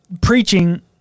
preaching